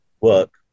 work